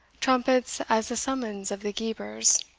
trumpets as the summons of the guebres,